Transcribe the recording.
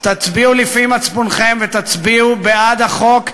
תצביעו לפי מצפונכם ותצביעו בעד החוק,